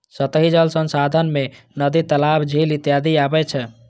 सतही जल संसाधन मे नदी, तालाब, झील इत्यादि अबै छै